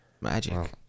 Magic